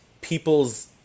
people's